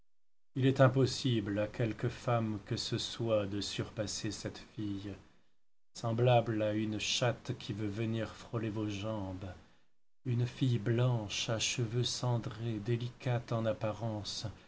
il est impossible à quelque femme que ce soit de surpasser cette fille semblable à une chatte qui veut venir frôler vos jambes une fille blanche à cheveux cendrés délicate en apparence